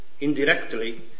Indirectly